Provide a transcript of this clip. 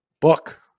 book